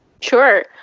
Sure